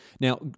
Now